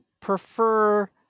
prefer